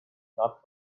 not